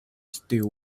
still